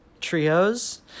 trios